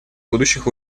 будущих